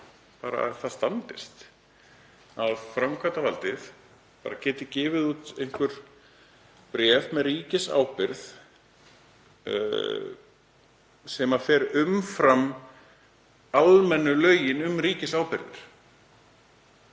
hvort það standist að framkvæmdarvaldið geti gefið út einhver bréf með ríkisábyrgð sem fer umfram almennu lögin um ríkisábyrgðir.